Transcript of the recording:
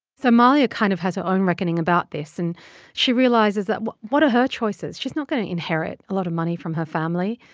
so mahlia kind of has her own reckoning about this, and she realizes that what are her choices? she's not going to inherit a lot of money from her family.